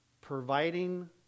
Providing